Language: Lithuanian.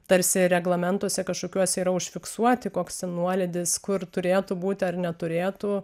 tarsi reglamentuose kažkokiuose yra užfiksuoti koks nuolydis kur turėtų būti ar neturėtų